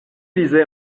lisait